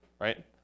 right